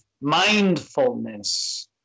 mindfulness